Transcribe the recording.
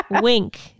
wink